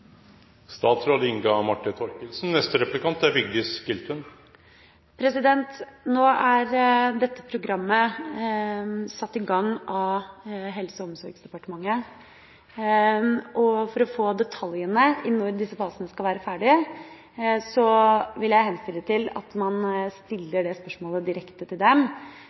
Dette programmet er satt i gang av Helse- og omsorgsdepartementet, og for å få detaljene om når dette skal være ferdig, vil jeg henstille til at man stiller spørsmålet direkte til dem,